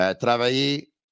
travailler